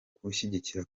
kunshyigikira